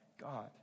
God